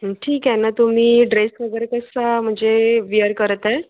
ठीक आहे ना तुम्ही ड्रेस वगैरे कसं म्हणजे विअर करत आहे